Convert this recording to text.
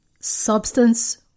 Substance